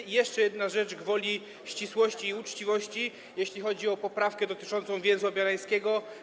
I jeszcze jedna rzecz gwoli ścisłości i uczciwości, jeśli chodzi o poprawkę dotyczącą Węzła Bielańskiego.